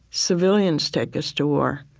civilians take us to war.